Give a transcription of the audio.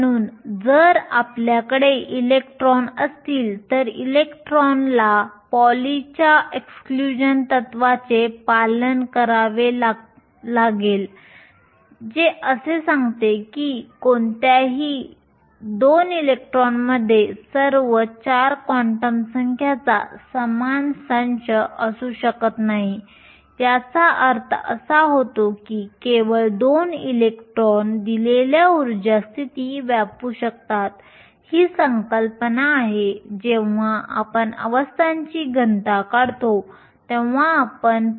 म्हणून जर आपल्याकडे इलेक्ट्रॉन असतील तर इलेक्ट्रॉनला पॉलीच्या एक्सक्ल्यूशन तत्त्वाचे पालन करावे लागेल जे असे सांगते की कोणत्याही 2 इलेक्ट्रॉनमध्ये सर्व 4 क्वांटम संख्यांचा समान संच असू शकत नाही याचा अर्थ असा होतो की केवळ 2 इलेक्ट्रॉन दिलेल्या उर्जा स्थिती व्यापू शकतात ही संकल्पना आहे जेव्हा आपण अवस्थांची घनता काढतो तेव्हा आपण वापरतो